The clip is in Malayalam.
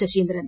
ശശീന്ദ്രൻ